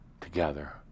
together